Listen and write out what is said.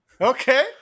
Okay